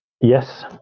Yes